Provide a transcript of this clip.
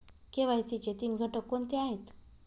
KYC चे तीन घटक कोणते आहेत?